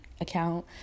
account